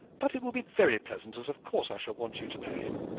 but it will be very pleasant, as of course i shall want you to know him.